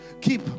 Keep